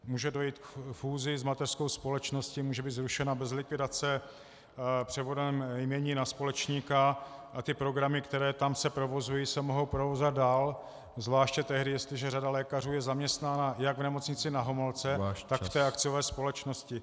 Může dojít k fúzi s mateřskou společností, může být zrušena bez likvidace, převodem jmění na společníka a programy, které se tam provozují, se mohou provozovat dál, zvláště tehdy, jestliže řada lékařů je zaměstnána jak v Nemocnici na Homolce, tak v té akciové společnosti.